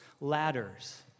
ladders